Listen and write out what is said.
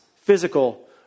physical